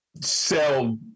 sell